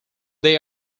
they